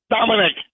Dominic